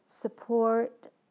support